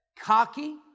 cocky